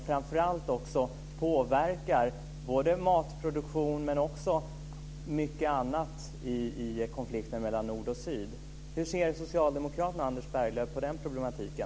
Framför allt påverkar den också dels matproduktion, dels mycket annat i konflikten mellan nord och syd. Hur ser Socialdemokraterna och Anders Berglöv på den problematiken?